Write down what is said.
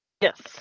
yes